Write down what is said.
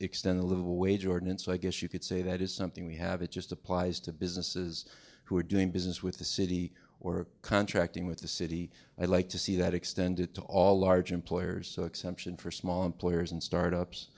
extend a livable wage ordinance i guess you could say that is something we have it just applies to businesses who are doing business with the city or contracting with the city i'd like to see that extended to all large employers so exception for small employers and start ups